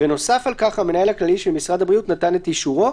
ונוסף על כך המנהל הכללי של משרד הבריאות נתן את אישורו,